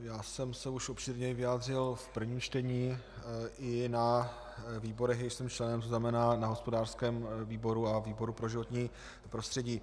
Už jsem se obšírněji vyjádřil v prvním čtení i na výborech, jichž jsem členem, to znamená na hospodářském výboru a výboru pro životní prostředí.